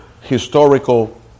historical